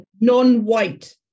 non-white